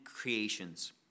creations